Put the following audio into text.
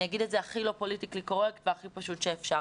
אני אומר את זה הכי לא פוליטיקלי קורקט והכי פשוט שאפשר.